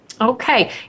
Okay